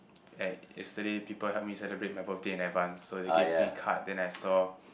like yesterday people helped me celebrate my birthday in advance so they gave me card then I saw